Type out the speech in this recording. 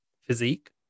physique